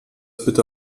bitte